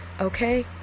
Okay